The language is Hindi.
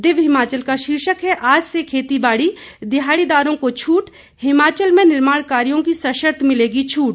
दिव्य हिमाचल का शीर्षक है आज से खेतीबाड़ी दिहाड़ीदारों को छूट हिमाचल में निर्माण कार्यों की सशर्त मिलेगी छूट